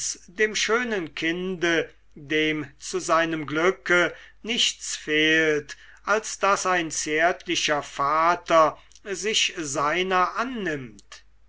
dem schönen kinde dem zu seinem glücke nichts fehlt als daß ein zärtlicher vater sich seiner annimmt